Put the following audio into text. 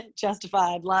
Justified